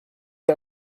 der